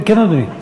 כן, אדוני.